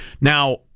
Now